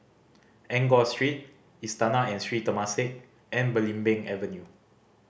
Enggor Street Istana and Sri Temasek and Belimbing Avenue